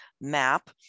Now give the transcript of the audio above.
map